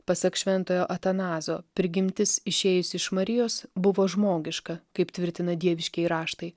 pasak šventojo atanazo prigimtis išėjus iš marijos buvo žmogiška kaip tvirtina dieviškieji raštai